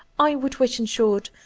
i would wish, in short,